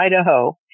Idaho